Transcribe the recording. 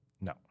No